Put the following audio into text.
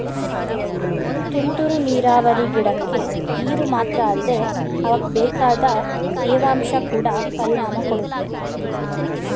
ತುಂತುರು ನೀರಾವರಿ ಗಿಡಕ್ಕೆ ನೀರು ಮಾತ್ರ ಅಲ್ದೆ ಅವಕ್ಬೇಕಾದ ತೇವಾಂಶ ಕೊಡ ಪರಿಣಾಮ ಕೊಡುತ್ತೆ